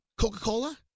Coca-Cola